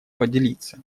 поделиться